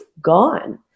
gone